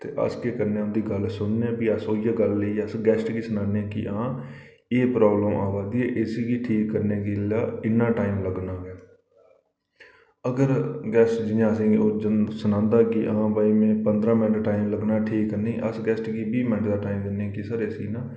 ते अस केह् करने आं उं'दी गल्ल सुनने आं ते फ्ही अस उ'यै गल्ल गी लेइयै गैस्ट गी सनाने कि हां एह् प्राब्लम आवा दी ऐ इसगी ठीक करने लेई इन्ना टाईम लग्गना ऐ अगर गैस्ट जियां असेंगी सनांदा कि हां भाई में पंदरां मैंट्ट टाईम लग्गना ठीक करने गी अस गैस्ट गी बीह् टाईम दिन्ने कि सर इसी ना